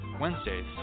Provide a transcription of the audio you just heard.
Wednesdays